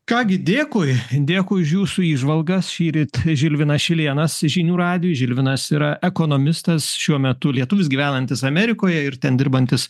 ką gi dėkui dėkui už jūsų įžvalgas šįryt žilvinas šilėnas žinių radijui žilvinas yra ekonomistas šiuo metu lietuvis gyvenantis amerikoje ir ten dirbantis